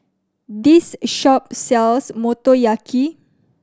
this shop sells Motoyaki